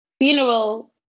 funeral